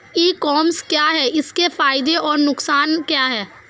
ई commerce क्या है इसके फायदे और नुकसान क्या है?